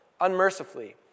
unmercifully